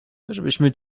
żebyśmy